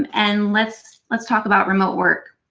um and let's let's talk about remote work.